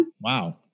Wow